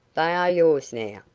they are yours, now.